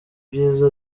byiza